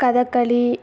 Kathakali